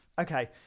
Okay